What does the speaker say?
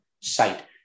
site